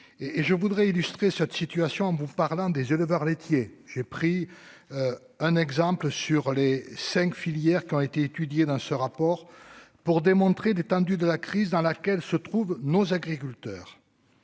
je voudrais illustrer cette situation en vous parlant des éleveurs laitiers. J'ai pris. Un exemple, sur les cinq filières qui ont été étudiés dans ce rapport pour démontrer l'étendue de la crise dans laquelle se trouvent nos agriculteurs.